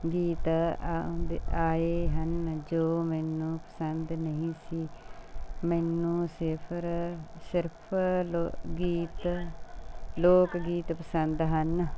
ਗੀਤ ਆਉਂ ਦੇ ਆਏ ਹਨ ਜੋ ਮੈਨੂੰ ਪਸੰਦ ਨਹੀਂ ਸੀ ਮੈਨੂੰ ਸਿਫ਼ਰ ਸਿਰਫ਼ ਲੋ ਗੀਤ ਲੋਕ ਗੀਤ ਪਸੰਦ ਹਨ